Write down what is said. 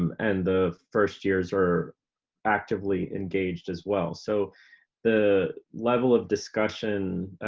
um and the first years are actively engaged as well. so the level of discussion,